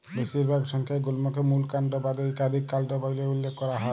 বেশিরভাগ সংখ্যায় গুল্মকে মূল কাল্ড বাদে ইকাধিক কাল্ড ব্যইলে উল্লেখ ক্যরা হ্যয়